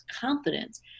confidence